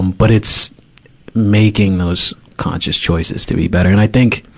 but it's making those conscious choices to be better. and i think,